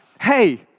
Hey